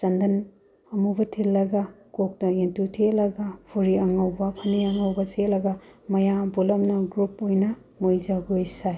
ꯆꯟꯗꯟ ꯑꯃꯨꯕ ꯊꯤꯜꯂꯒ ꯀꯣꯛꯇ ꯌꯦꯟꯇꯨ ꯊꯦꯠꯂꯒ ꯐꯨꯔꯤꯠ ꯑꯉꯩꯕ ꯐꯅꯦꯛ ꯑꯉꯧꯕ ꯁꯦꯠꯂꯒ ꯃꯌꯥꯝ ꯄꯨꯂꯞꯅ ꯒ꯭ꯔꯨꯞ ꯑꯣꯏꯅ ꯃꯣꯏ ꯖꯥꯒꯣꯏ ꯁꯥꯏ